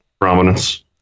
prominence